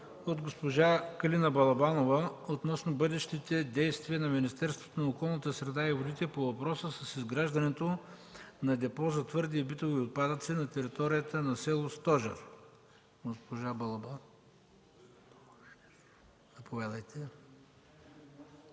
от госпожа Калина Балабанова относно бъдещите действия на Министерството на околната среда и водите по въпроса с изграждането на Депо за твърди и битови отпадъци на територията на село Стожер. КАЛИНА БАЛАБАНОВА (Атака):